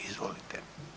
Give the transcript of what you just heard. Izvolite.